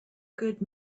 good